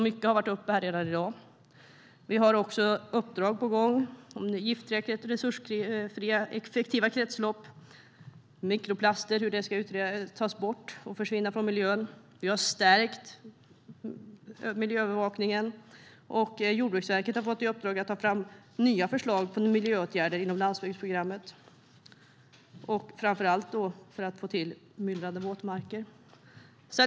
Mycket har redan tagits upp här i dag. Vi har också uppdrag på gång om giftfria och resurseffektiva kretslopp och hur mikroplaster ska tas bort och försvinna från miljön. Vi har stärkt miljöövervakningen. Jordbruksverket har fått i uppdrag att ta fram nya förslag på miljöåtgärder inom landsbygdsprogrammet framför allt för att få till myllrande våtmarker.